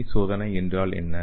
அமீஸ் சோதனை என்றால் என்ன